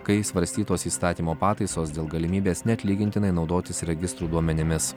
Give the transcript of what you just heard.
kai svarstytos įstatymo pataisos dėl galimybės neatlygintinai naudotis registrų duomenimis